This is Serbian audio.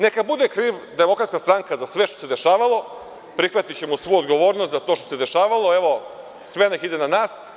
Neka bude kriva Demokratska stranka za sve što se dešavalo, prihvatićemo svu odgovornost za to što se dešavalo, evo sve neka ide na nas.